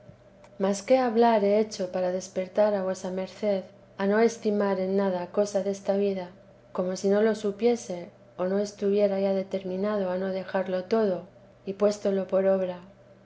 mas qué hablar he hecho para despertar a vuesa merced a no estimar en nada cosa desta vida como si no lo supiese o no estuviera ya determinado a no dejarlo todo y puéstolo por obra